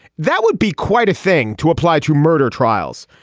that would be quite a thing to apply to murder trials.